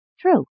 True